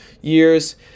years